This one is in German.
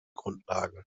grundlagen